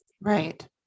Right